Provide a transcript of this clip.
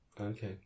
Okay